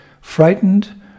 frightened